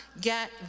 get